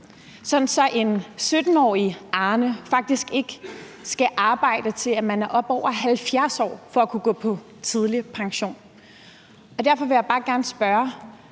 sådan at en 17-årig Arne faktisk ikke skal arbejde, til han er oppe over 70 år, for at kunne gå på tidlig pension. Derfor vil jeg bare gerne spørge,